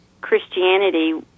Christianity